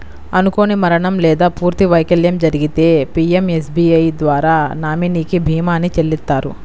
అనుకోని మరణం లేదా పూర్తి వైకల్యం జరిగితే పీయంఎస్బీఐ ద్వారా నామినీకి భీమాని చెల్లిత్తారు